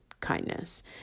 kindness